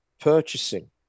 purchasing